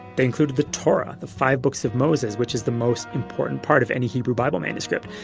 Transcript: they included the torah, the five books of moses which is the most important part of any hebrew bible manuscript.